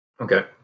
Okay